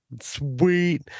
sweet